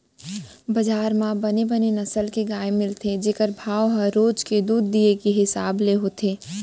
बजार म बने बने नसल के गाय मिलथे जेकर भाव ह रोज के दूद दिये के हिसाब ले होथे